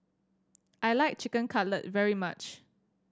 I like Chicken Cutlet very much